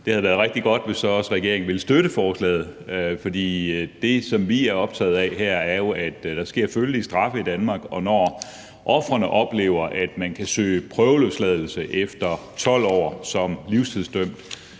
det havde været rigtig godt, hvis regeringen så også ville støtte forslaget, for det, som vi er optaget af her, er jo, at der er følelige straffe i Danmark, og når ofrene oplever, at man kan søge prøveløsladelse efter 12 år som livstidsdømt,